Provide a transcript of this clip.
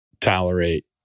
tolerate